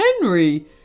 Henry